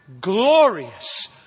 glorious